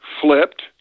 flipped